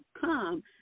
come